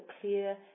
clear